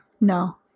No